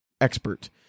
expert